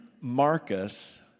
Marcus